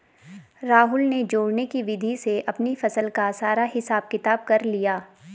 राहुल ने जोड़ने की विधि से अपनी फसल का सारा हिसाब किताब कर लिया